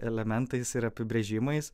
elementais ir apibrėžimais